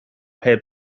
heb